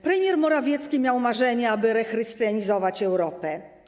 Premier Morawiecki miał marzenia, aby rechrystianizować Europę.